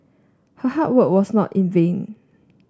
her hard work was not in vain